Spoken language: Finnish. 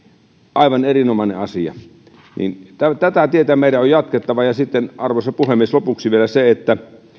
aivan erinomainen asia tätä tietä meidän on jatkettava sitten arvoisa puhemies lopuksi vielä se että